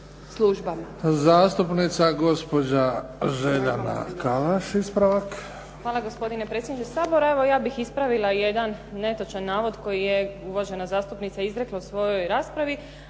Zastupnica gospođa Željana Kalaš. Ispravak. **Podrug, Željana (HDZ)** Hvala gospodine predsjedniče Sabora. Evo ja bih ispravila jedan netočan navod koji je uvažena zastupnica izrekla u svojoj raspravi,